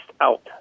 out